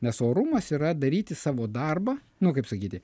nes orumas yra daryti savo darbą nu kaip sakyti